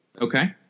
Okay